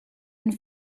and